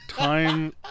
Time